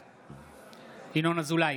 בעד ינון אזולאי,